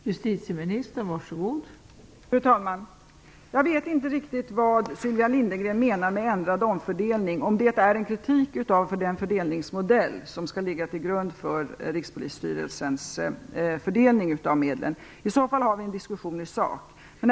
Fru talman! Jag vet inte riktigt vad Sylvia Lindgren menar med ändrad omfördelning. Om det är en kritik mot den fördelningsmodell som skall ligga till grund för Rikspolisstyrelsens fördelning av medlen, så handlar det om en diskussion i sak.